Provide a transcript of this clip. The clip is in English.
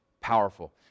powerful